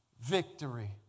victory